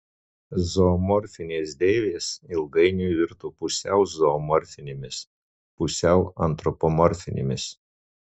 zoomorfinės deivės ilgainiui virto pusiau zoomorfinėmis pusiau antropomorfinėmis